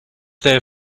there